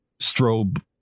strobe